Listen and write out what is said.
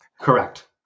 Correct